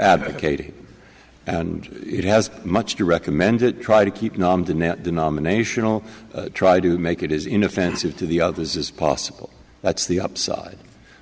advocating and it has much to recommend it try to keep the net denominational try to make it as inoffensive to the others as possible that's the upside